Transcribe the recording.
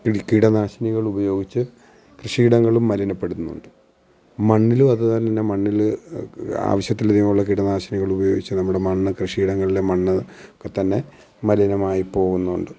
കീടനാശിനികളുപയോഗിച്ച് കൃഷിയിടങ്ങളും മലിനപ്പെടുത്തുന്നുണ്ട് മണ്ണിലും അതുപോലെതന്നെ മണ്ണില് ആവശ്യത്തിലധികമുള്ള കീടനാശിനികളുപയോഗിച്ച് നമ്മുടെ മണ്ണ് കൃഷിയിടങ്ങൾലെ മണ്ണ് ഒക്കെത്തന്നെ മലിനമായി പോവുന്നുണ്ട്